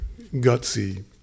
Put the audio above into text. gutsy